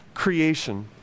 creation